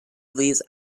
these